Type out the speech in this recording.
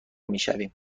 میشویم